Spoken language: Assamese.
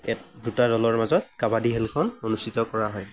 দুটা দলৰ মাজত কাবাডী খেলখন অনুষ্ঠিত কৰা হয়